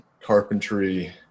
carpentry